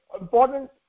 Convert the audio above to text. important